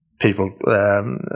people